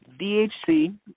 DHC